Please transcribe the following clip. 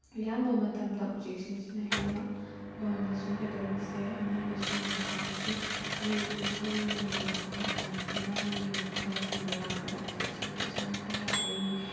ꯑꯌꯥꯝꯕ ꯃꯇꯝꯗ ꯎꯆꯦꯛꯁꯤꯡꯁꯤꯅ ꯍꯦꯟꯅ ꯃꯥꯅꯁꯨ ꯀꯩꯗꯧꯕꯁꯦ ꯃꯣꯈꯣꯏꯅꯁꯨ ꯌꯥꯝ ꯄꯥꯝꯕꯁꯦ ꯍꯩ ꯍꯩꯅ ꯃꯨꯜꯂꯛꯄ ꯃꯇꯝꯁꯤꯗ ꯃꯣꯏꯒꯤ ꯃꯆꯤꯟꯖꯥꯛ ꯊꯤꯕ ꯂꯥꯛꯄꯗ ꯎꯆꯦꯛ ꯁꯪꯒꯨ ꯁꯪꯒꯨ ꯀꯌꯥ ꯑꯩꯒꯤ